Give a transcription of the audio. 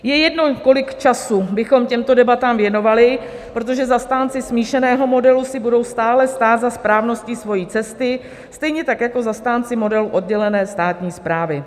Je jedno, kolik času bychom těmto debatám věnovali, protože zastánci smíšeného modelu si budou stále stát za správností svojí cesty, stejně tak jako zastánci modelu oddělené státní správy.